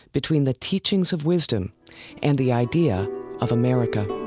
between the teachings of wisdom and the idea of america. i